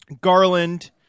Garland